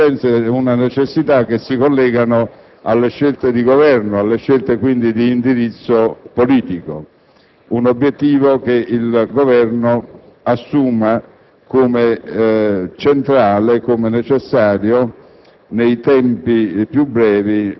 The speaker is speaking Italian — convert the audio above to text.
possiamo avere una urgenza e una necessità che si collegano alle scelte di Governo, alle scelte di indirizzo politico: un obiettivo che il Governo assume come centrale, come necessario